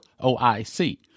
OIC